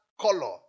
color